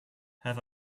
have